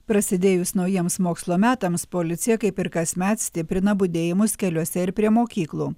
prasidėjus naujiems mokslo metams policija kaip ir kasmet stiprina budėjimus keliuose ir prie mokyklų